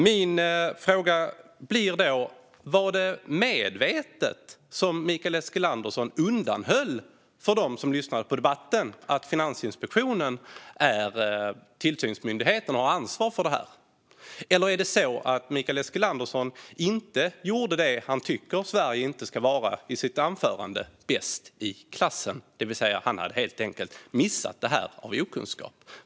Jag frågar därför: Undanhöll Mikael Eskilandersson medvetet för dem som lyssnade på debatten att Finansinspektionen är tillsynsmyndighet och har ansvar för detta? Eller är det så att Mikael Eskilandersson inte är det som han i sitt anförande tyckte att Sverige inte ska vara, nämligen bäst i klassen, det vill säga att han helt enkelt missat detta av okunskap?